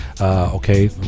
okay